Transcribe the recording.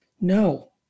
no